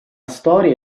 storia